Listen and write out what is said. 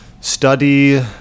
study